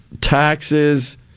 Taxes